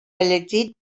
elegit